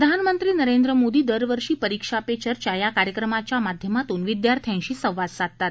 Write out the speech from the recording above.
प्रधानमंत्री नरेंद्र मोदी दरवर्षी परीक्षा पे चर्चा या कार्यक्रमाच्या माध्यमातून विद्यार्थ्याशी संवाद साधतात